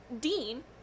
Dean